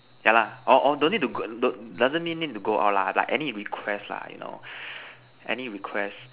yeah lah or or don't need to go doesn't mean need to go out lah like any request lah you know any request